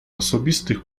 osobistych